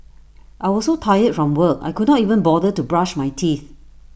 I was so tired from work I could not even bother to brush my teeth